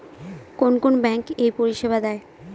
কোন কোন ব্যাঙ্ক এই পরিষেবা দেয়?